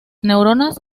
neuronas